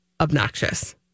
obnoxious